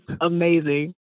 amazing